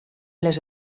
les